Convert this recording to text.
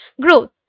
growth